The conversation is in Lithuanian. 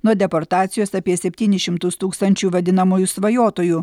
nuo deportacijos apie septynis šimtus tūkstančių vadinamųjų svajotojų